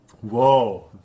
Whoa